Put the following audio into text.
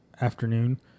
afternoon